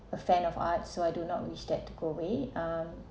a fan of art so I do not wish that to go away um